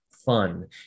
fun